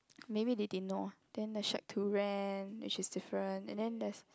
maybe they didn't know ah then the shirt too and that she's different and then there's